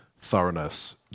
thoroughness